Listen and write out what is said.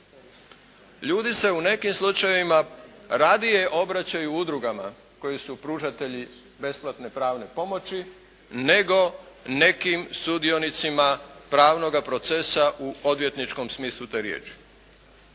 Ljudi se u nekim slučajevima radije obraćaju udrugama koje su pružatelji besplatne pravne pomoći nego nekim sudionicima pravnoga procesa u odvjetničkom smislu te riječi.